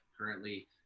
currently